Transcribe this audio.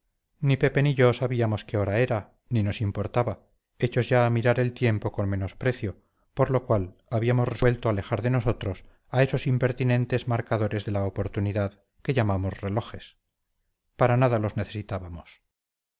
ni pepe ni yo sabíamos qué hora era ni nos importaba hechos ya a mirar el tiempo con menosprecio por lo cual habíamos resuelto alejar de nosotros a esos impertinentes marcadores de la oportunidad que llamamos relojes para nada los necesitábamos